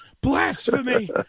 blasphemy